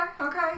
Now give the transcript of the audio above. okay